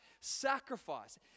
sacrifice